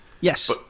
Yes